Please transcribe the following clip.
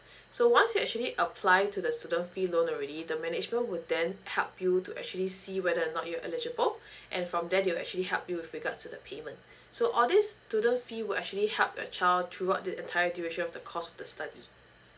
so once you actually apply to the student fee loan already the management would then help you to actually see whether or not you eligible and from there they'll actually help you with regards to the payment so all these student fee will actually help your child throughout the entire duration of the cost of the study